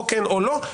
או כן או לא.